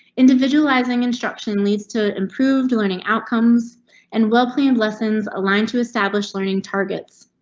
individualizing instruction leads to. improved learning outcomes and well planned lessons aligned to establish learning targets.